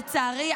לצערי,